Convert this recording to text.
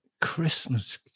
Christmas